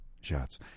Shots